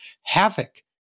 havoc